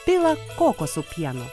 pila kokosų pieno